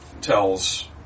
tells